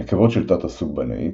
הנקבות של תת-הסוג בנאית,